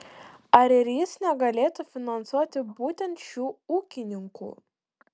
ar ir jis negalėtų finansuoti būtent šių ūkininkų